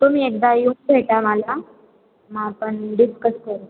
तुम्ही एकदा येऊन भेटा मला मग आपण डिस्कस करू